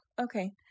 Okay